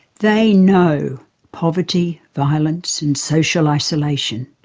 they know poverty, violence and social isolation.